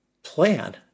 plan